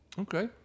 Okay